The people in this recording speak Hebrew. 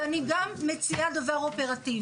ואני גם מציעה דבר אופרטיבי: